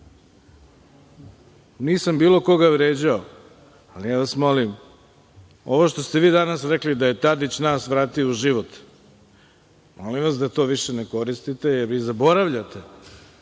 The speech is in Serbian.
nisam bilo koga vređao. Ovo što ste vi danas rekli da je Tadić nas vratio u život, molim vas da to više ne koristite, jer zaboravljate